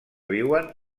viuen